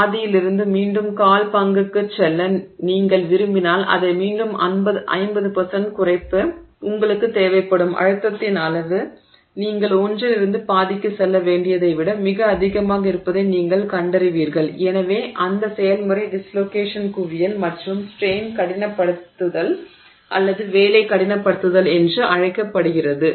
பாதியில் இருந்து மீண்டும் கால் பங்குக்குச் செல்ல நீங்கள் விரும்பினால் அது மீண்டும் 50 குறைப்பு உங்களுக்குத் தேவைப்படும் அழுத்தத்தின் அளவு நீங்கள் ஒன்றிலிருந்து பாதிக்கு செல்ல வேண்டியதை விட மிக அதிகமாக இருப்பதை நீங்கள் கண்டறிவீர்கள் எனவே அந்த செயல்முறை டிஸ்லோகேஷன் குவியல் மற்றும் ஸ்ட்ரெய்ன் கடினப்படுத்துதல் அல்லது வேலை கடினப்படுத்துதல் என்று அழைக்கப்படுகிறது